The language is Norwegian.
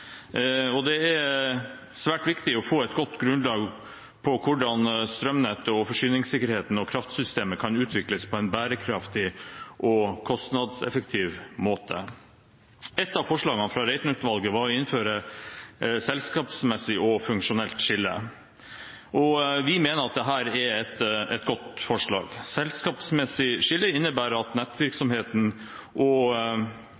regjeringen. Det er svært viktig å få et godt grunnlag med tanke på hvordan strømnettet, forsyningssikkerheten og kraftsystemet kan utvikles på en bærekraftig og kostnadseffektiv måte. Et av forslagene fra Reiten-utvalget var å innføre selskapsmessig og funksjonelt skille. Vi mener at dette er et godt forslag. Selskapsmessig skille innebærer at